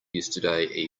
yesterday